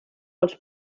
els